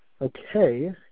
Okay